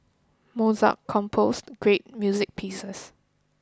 Mozart composed great music pieces